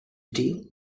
deal